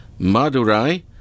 Madurai